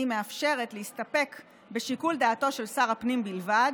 היא מאפשרת להסתפק בשיקול דעתו של שר הפנים בלבד